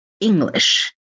English